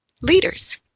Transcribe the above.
leaders